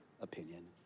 opinion